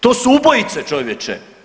To su ubojice, čovječe.